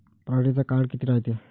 पराटीचा काळ किती रायते?